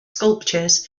sculptures